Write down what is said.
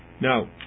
Now